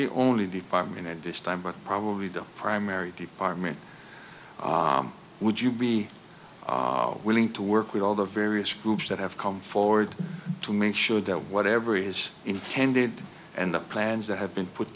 the only department at this time but probably the primary department would you be willing to work with all the various groups that have come forward to make sure that whatever it is intended and the plans that have been put